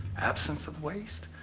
absence of waste?